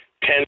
ten